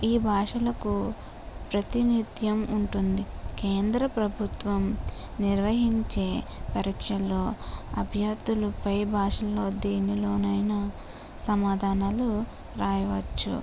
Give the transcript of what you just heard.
ఈ భాషలకు ప్రాతినిద్యం ఉంటుంది కేంద్రప్రభుత్వం నిర్వహించే పరీక్షలలో అభ్యర్థులు పై భాషలలో దేనిలోనైన సమాధానాలు రాయవచ్చు